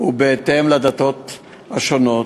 בהתאם לדתות השונות.